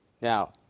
Now